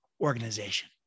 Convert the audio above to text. organization